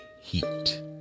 heat